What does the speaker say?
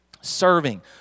serving